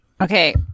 Okay